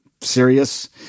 serious